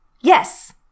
Yes